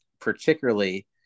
particularly